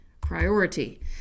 Priority